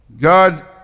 God